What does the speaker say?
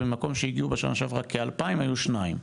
וממקום שהגיעו בשנה שעברה 2,000 היו שניים.